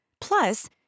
Plus